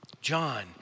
John